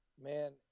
Man